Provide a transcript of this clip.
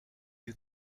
you